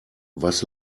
was